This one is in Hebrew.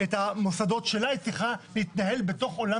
גם ממשלה שרוצה לבנות את המוסדות שלה צריכה להתנהל בתוך עולם